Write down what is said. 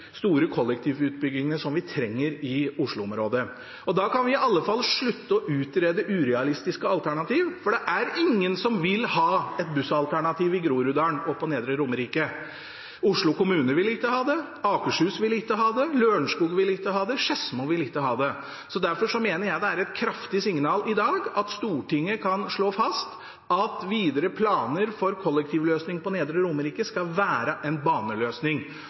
store kollektivutbyggingene vi trenger i Oslo-området. Da kan vi i alle fall slutte å utrede urealistiske alternativer, for det er ingen som vil ha et bussalternativ i Groruddalen eller på Nedre Romerike. Oslo kommune vil ikke ha det. Akershus vil ikke ha det. Lørenskog vil ikke ha det. Skedsmo vil ikke ha det. Derfor mener jeg det er et kraftig signal i dag at Stortinget kan slå fast at videre planer for kollektivløsning på Nedre Romerike skal være en baneløsning.